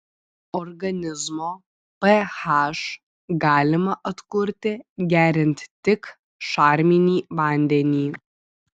organizmo ph galima atkurti geriant tik šarminį vandenį